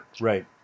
right